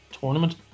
tournament